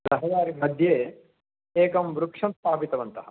रहदारिमध्ये एकं वृक्षं स्थापितवन्तः